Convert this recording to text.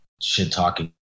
shit-talking